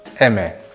Amen